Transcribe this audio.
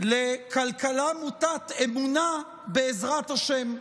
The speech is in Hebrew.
לכלכלה מוטת אמונה בעזרת השם,